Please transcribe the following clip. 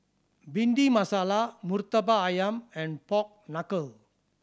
Bhindi Masala Murtabak Ayam and pork knuckle